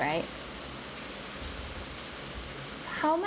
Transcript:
right how much